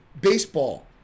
baseball